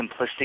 simplistic